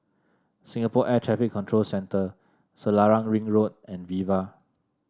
Singapore Air Traffic Control Centre Selarang Ring Road and Viva